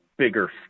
bigger